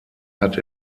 hat